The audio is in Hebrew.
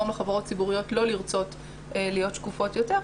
לחברות ציבוריות לא לרצות להיות שקופות יותר,